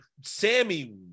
Sammy